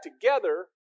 together